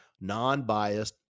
non-biased